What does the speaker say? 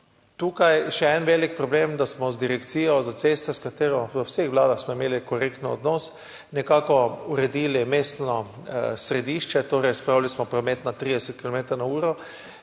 Tukaj je še en velik problem, da smo z direkcijo za ceste, s katero smo imeli v vseh vladah korekten odnos, nekako uredili mestno središče, torej spravili smo promet na 30 kilometrov